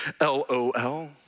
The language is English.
LOL